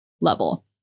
level